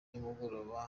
nimugoroba